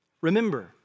Remember